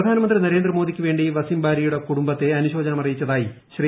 പ്രധാന മന്ത്രി നരേന്ദ്രമോദിയ്ക്കുവേണ്ടി വസിംബാരിയുടെ കുടുംബത്തെ അനുശോചനം അറിയിച്ചതായി ശ്രീ